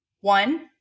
one